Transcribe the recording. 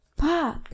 Fuck